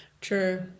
True